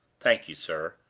thank you, sir,